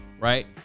right